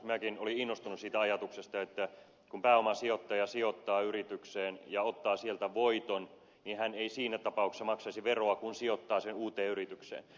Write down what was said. minäkin olin innostunut siitä ajatuksesta että kun pääomasijoittaja sijoittaa yritykseen ja ottaa sieltä voiton niin hän ei siinä tapauksessa maksaisi veroa kun sijoittaa sen uuteen yritykseen